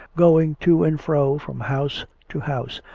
going to and fro from house to house,